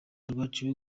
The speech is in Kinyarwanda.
rwaciwe